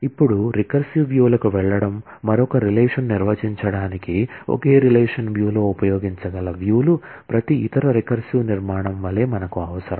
ఇప్పుడు recursive view లు ప్రతి ఇతర రికర్సివ్ నిర్మాణం వలె మనకు అవసరం